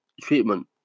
treatment